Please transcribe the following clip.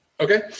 Okay